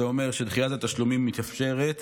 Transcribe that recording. זה אומר שדחיית התשלומים מתאפשרת